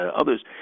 others